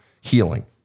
healing